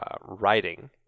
writing